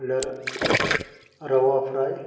म्हळ्ळ्यार रवा फ्राय